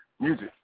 music